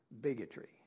bigotry